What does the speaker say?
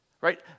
Right